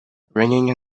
ringing